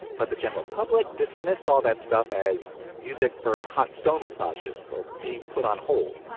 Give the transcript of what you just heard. but the general public dismissed all that stuff as music for hot stone massages or being put on hold